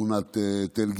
שכונת תל גיבורים,